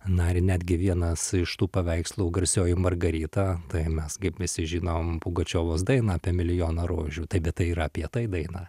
na ir netgi vienas iš tų paveikslų garsioji margarita tai mes kaip visi žinom pugačiovos dainą apie milijoną rožių taip bet tai yra apie tai daina